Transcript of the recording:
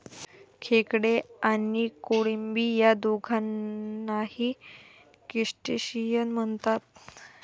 खेकडे आणि कोळंबी या दोघांनाही क्रस्टेशियन म्हणतात